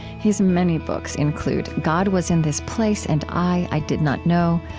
his many books include god was in this place and i, i did not know,